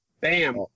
Bam